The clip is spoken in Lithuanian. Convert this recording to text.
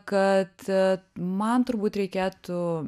kad man turbūt reikėtų